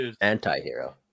anti-hero